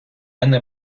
мене